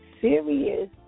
serious